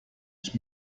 ich